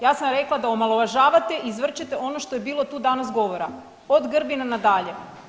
Ja sam rekla da omalovažavate, izvrćete ono što je bilo tu danas govora od Grbina nadalje.